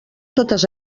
totes